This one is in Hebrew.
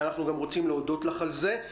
אנחנו גם רוצים להודות לך על זה.